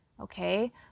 Okay